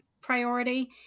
priority